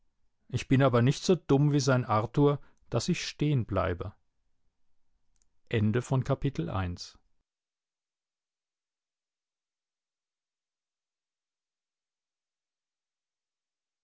ich bin aber nicht so dumm wie sein arthur daß ich stehenbleibe